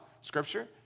Scripture